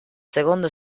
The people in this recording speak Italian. secondo